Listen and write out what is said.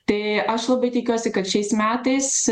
tai aš labai tikiuosi kad šiais metais